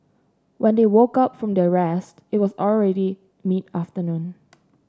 when they woke up from their rest it was already mid afternoon